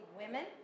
women